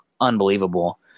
unbelievable –